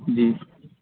جی